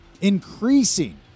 increasing